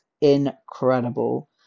incredible